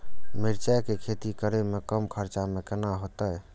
मिरचाय के खेती करे में कम खर्चा में केना होते?